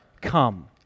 come